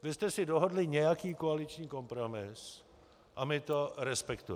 Vy jste si dohodli nějaký koaliční kompromis a my to respektujeme.